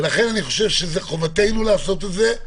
לכן אני חושב שחובתנו לעשות את זה.